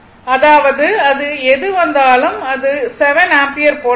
அதாவது அது எது வந்தாலும் அது r 7 ஆம்பியர் போல வரும்